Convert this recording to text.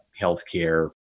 healthcare